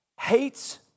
hates